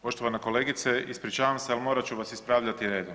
Poštovana kolegice ispričavam se ali morat ću ispravljati redom.